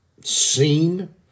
seen